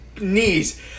Knees